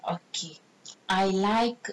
okay I like